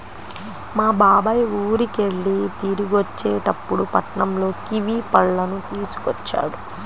మా బాబాయ్ ఊరికెళ్ళి తిరిగొచ్చేటప్పుడు పట్నంలో కివీ పళ్ళను తీసుకొచ్చాడు